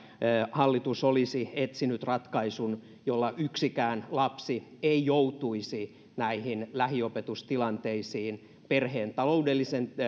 hallitus olisi etsinyt ratkaisun jolla yksikään lapsi ei joutuisi näihin lähiopetustilanteisiin perheen taloudellisen